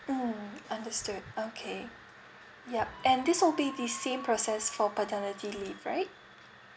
mm understood okay yup and this will be the same process for paternity leave right